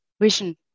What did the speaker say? vision